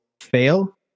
fail